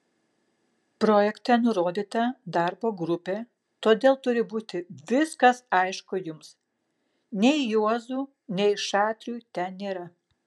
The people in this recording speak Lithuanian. projekte nurodyta darbo grupė todėl turi būti viskas aišku jums nei juozų nei šatrijų ten nėra